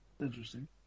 Interesting